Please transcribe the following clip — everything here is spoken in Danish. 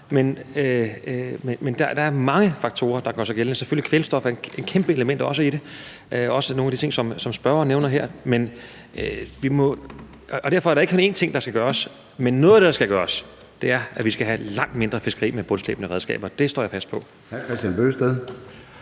Men der er mange faktorer, der gør sig gældende. Kvælstof er selvfølgelig også et kæmpe element i det og også nogle af de ting, som spørgeren nævner her. Derfor er der ikke kun én ting, der skal gøres. Men noget af det, der skal gøres, er, at vi skal have langt mindre fiskeri med bundslæbende redskaber. Det står jeg fast på.